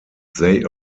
they